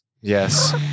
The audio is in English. Yes